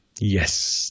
Yes